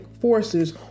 forces